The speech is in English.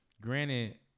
Granted